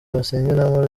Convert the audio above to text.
basengeramo